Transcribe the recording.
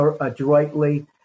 adroitly